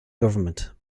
government